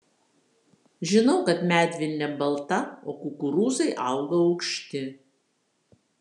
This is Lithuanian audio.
žinau kad medvilnė balta o kukurūzai auga aukšti